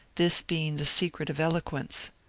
this being the secret of eloquence.